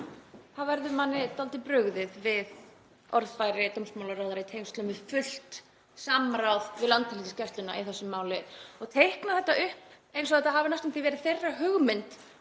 verður manni dálítið brugðið við orðfæri dómsmálaráðherra í tengslum við fullt samráð við Landhelgisgæsluna í þessu máli, að teikna þetta upp eins og það hafi næstum því verið þeirra hugmynd